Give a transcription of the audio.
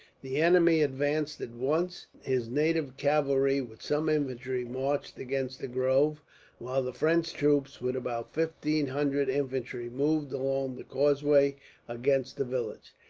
the enemy advanced at once. his native cavalry, with some infantry, marched against the grove while the french troops, with about fifteen hundred infantry, moved along the causeway against the village.